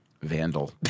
vandal